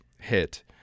hit